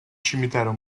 cimitero